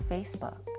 Facebook